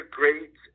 great